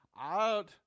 out